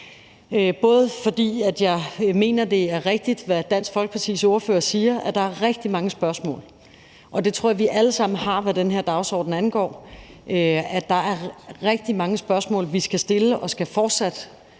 fordi jeg mener, at det er rigtigt, hvad Dansk Folkepartis ordfører siger, nemlig at der er rigtig mange spørgsmål, som jeg tror vi alle sammen har, hvad den her dagsorden angår, og dem skal vi stille, og vi skal fortsat